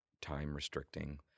time-restricting